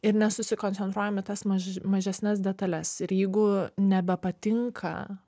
ir nesusikoncentruojam į tas maž mažesnes detales ir jeigu nebepatinka